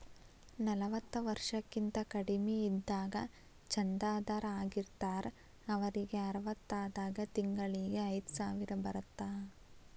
ನಲವತ್ತ ವರ್ಷಕ್ಕಿಂತ ಕಡಿಮಿ ಇದ್ದಾಗ ಚಂದಾದಾರ್ ಆಗಿರ್ತಾರ ಅವರಿಗ್ ಅರವತ್ತಾದಾಗ ತಿಂಗಳಿಗಿ ಐದ್ಸಾವಿರ ಬರತ್ತಾ